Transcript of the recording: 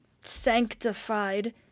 sanctified